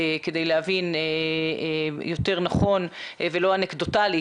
כדי להבין יותר נכון ולא אנקדוטלית,